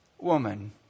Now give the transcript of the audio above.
woman